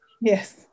Yes